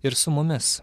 ir su mumis